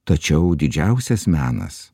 tačiau didžiausias menas